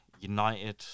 United